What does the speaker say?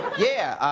yeah.